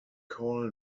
call